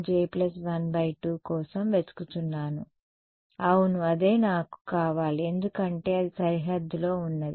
నేను Ey n1 i j 12 కోసం వెతుకుతున్నాను అవును అదే నాకు కావాలి ఎందుకంటే అది సరిహద్దులో ఉన్నది